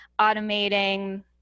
automating